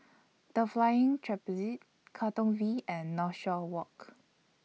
The Flying Trapeze Katong V and Northshore Walk